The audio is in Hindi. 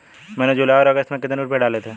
मैंने जुलाई और अगस्त में कितने रुपये डाले थे?